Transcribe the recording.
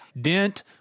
Dent